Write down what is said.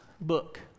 book